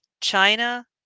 China